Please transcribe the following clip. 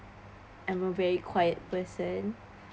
I'm a very quiet person